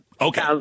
Okay